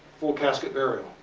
full casket burial.